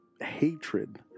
hatred